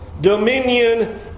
dominion